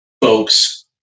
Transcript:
folks